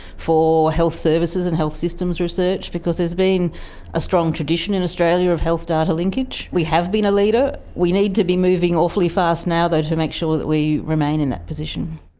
for health services and health systems research, because there's been a strong tradition in australia of health data linkage. we have been a leader. we need to be moving awfully fast now though, to make sure that we remain in that position.